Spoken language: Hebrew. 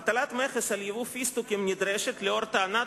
הטלת מכס על יבוא הפיסטוקים נדרשת לנוכח טענת